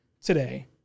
Today